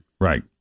Right